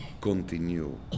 continue